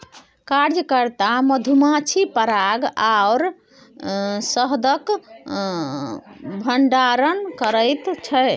कार्यकर्ता मधुमाछी पराग आओर शहदक भंडारण करैत छै